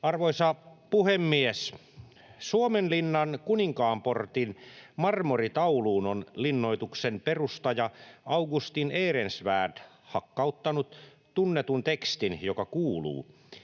Arvoisa puhemies! Suomenlinnan Kuninkaanportin marmoritauluun on linnoituksen perustaja Augustin Ehrensvärd hakkauttanut tunnetun tekstin, joka kuuluu: